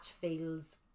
feels